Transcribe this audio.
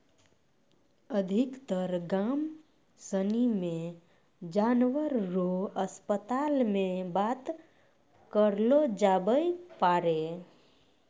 अधिकतर गाम सनी मे जानवर रो अस्पताल मे बात करलो जावै पारै